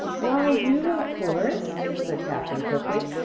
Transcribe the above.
why, you, of course, said katherine quickly.